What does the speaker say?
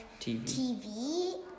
TV